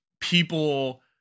people